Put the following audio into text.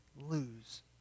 lose